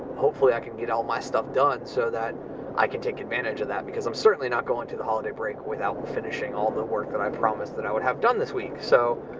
hopefully i can get all of my stuff done so that i can take advantage of that because i'm certainly not going into the holiday break without finishing all the work that i promised that i would have done this week. so,